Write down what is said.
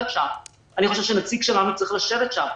שם; אני חושב שנציג שלנו צריך לשבת שם,